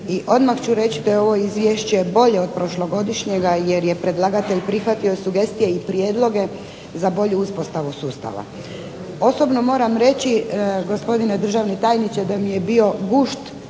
odmah ću reći da je ovo izvješće bolje od prošlogodišnjega jer je predlagatelj prihvatio sugestije i prijedloge za bolju uspostavu sustava. Osobno moram reći gospodine državni tajniče da mi je bio gušt